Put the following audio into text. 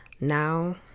now